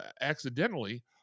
accidentally